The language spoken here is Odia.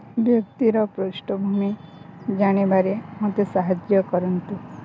ବ୍ୟକ୍ତିର ପୃଷ୍ଠଭୂମି ଜାଣିବାରେ ମୋତେ ସାହାଯ୍ୟ କରନ୍ତୁ